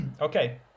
Okay